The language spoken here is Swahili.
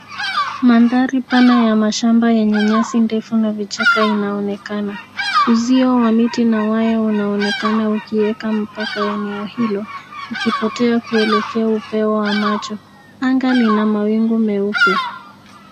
Mandhari pana ya mashamba yenye nyasi ndefu na vichaka inaonekana. Uzio wa miti na waya unaonekana ukiweka mpaka eneo hilo ukipotea kuelekea upeo wa macho. Anga lina mawingu meupe.